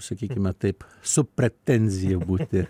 sakykime taip su pretenzija būti